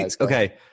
Okay